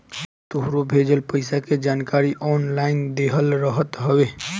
तोहरो भेजल पईसा के जानकारी ऑनलाइन देहल रहत हवे